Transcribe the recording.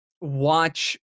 watch